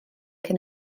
cyn